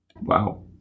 Wow